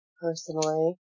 personally